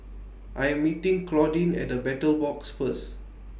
I Am meeting Claudine At The Battle Box First